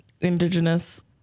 indigenous